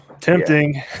Tempting